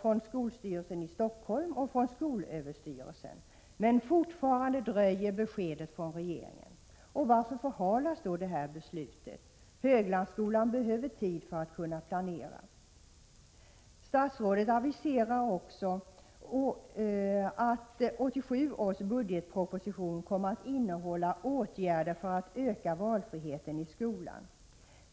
från skolstyrelsen i Stockholm och från skolöverstyrelsen. Men fortfarande dröjer beskedet från regeringen. Varför förhalas beslutet? Höglandsskolan behöver tid för att kunna planera. Statsrådet aviserar att 1987 års budgetproposition kommer att innehålla åtgärder för att öka valfriheten i skolan.